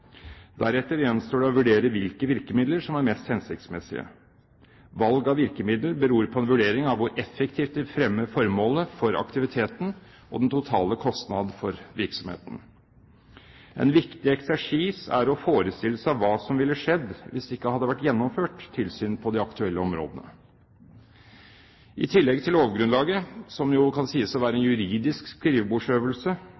Deretter gjenstår det å vurdere hvilke virkemidler som er mest hensiktsmessige. Valg av virkemiddel beror på en vurdering av hvor effektivt de fremmer formålet for aktiviteten og den totale kostnad for virksomheten. En viktig eksersis er å forestille seg hva som ville skjedd hvis det ikke hadde vært gjennomført tilsyn på de aktuelle områdene. I tillegg til lovgrunnlaget, som jo kan sies å være